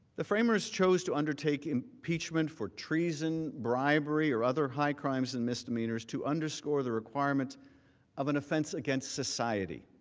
the framers chose to undertake impeachment for treason, bribery or other high crimes and misdemeanors to underscore the requirement of an offense against society.